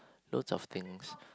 loads of things